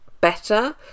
better